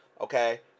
okay